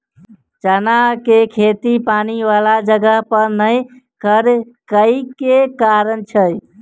चना केँ खेती पानि वला जगह पर नै करऽ केँ के कारण छै?